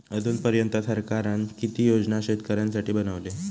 अजून पर्यंत सरकारान किती योजना शेतकऱ्यांसाठी बनवले?